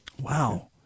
Wow